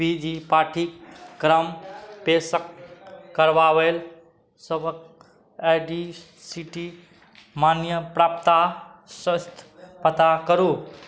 पी G पाठ्यक्रम पेशक करबाबैल सभक आइ डी सि टी मान्यप्राप्ता स्वस्थ पता करू